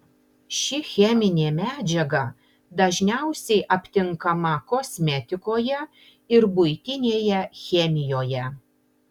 ši cheminė medžiaga dažniausiai aptinkama kosmetikoje ir buitinėje chemijoje